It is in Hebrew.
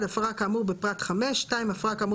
"תוספת חמישית א' (סעיף 132(א),